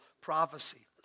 prophecy